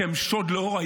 שהם שוד לאור היום,